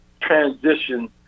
transition